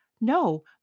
No